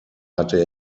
hatte